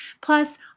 Plus